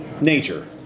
nature